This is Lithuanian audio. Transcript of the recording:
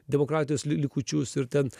demokratijos likučius ir ten